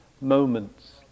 moments